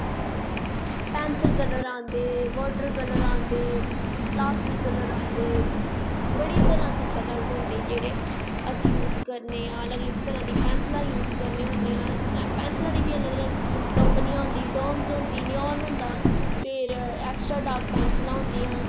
pencil colour आंदे modern colour आंदे plastic colour आंदे बड़ी तरां दे कल्लर होंदे जेह्ड़े अस यूस करनें आं अलग अलग तरां दी पैंसलां यूस करनें आं ते पैसलीम दे बी अलग अलग कंपनियां होंदी डॉमस होंदी नियाम होंदा फिर ऐक्सट्रा बॉकपैंसलीं होदियां